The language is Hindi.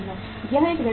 यह एक रणनीति है